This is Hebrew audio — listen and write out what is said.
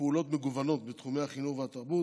מגוונות בתחומי החינוך והתרבות.